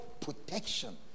protection